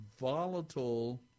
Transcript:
volatile